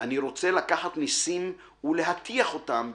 // אני רוצה לקחת נסים ולהטיח אותם /